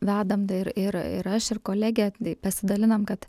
vedam ir ir ir aš ir kolegė pasidalinam kad